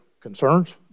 concerns